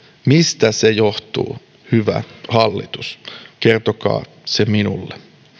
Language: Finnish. mistä se johtuu hyvä hallitus kertokaa se minulle